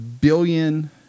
billion